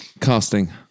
casting